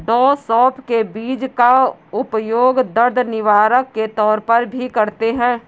डॉ सौफ के बीज का उपयोग दर्द निवारक के तौर पर भी करते हैं